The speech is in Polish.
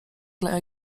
dla